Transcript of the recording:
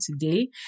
today